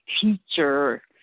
teacher